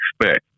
expect